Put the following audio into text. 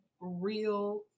real